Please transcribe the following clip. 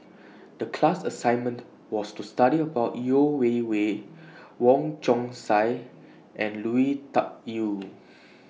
The class assignment was to study about Yeo Wei Wei Wong Chong Sai and Lui Tuck Yew